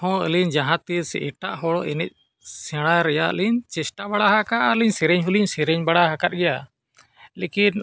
ᱦᱚᱸ ᱟᱹᱞᱤᱧ ᱡᱟᱦᱟᱸ ᱛᱤᱥ ᱮᱴᱟᱜ ᱦᱚᱲ ᱮᱱᱮᱡ ᱥᱮᱬᱟ ᱨᱮᱱᱟᱜ ᱞᱤᱧ ᱪᱮᱥᱴᱟ ᱵᱟᱲᱟ ᱟᱠᱟᱜᱼᱟ ᱟᱨᱞᱤᱧ ᱥᱮᱨᱮᱧ ᱦᱚᱸᱞᱤᱧ ᱥᱮᱨᱮᱧ ᱵᱟᱲᱟ ᱟᱠᱟᱫ ᱜᱮᱭᱟ ᱞᱮᱠᱤᱱ